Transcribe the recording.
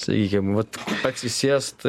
sakykim vat atsisėst